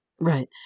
right